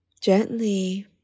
gently